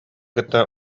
кытта